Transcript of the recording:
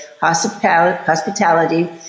hospitality